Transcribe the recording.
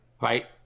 right